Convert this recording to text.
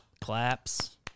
Claps